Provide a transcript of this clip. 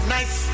Nice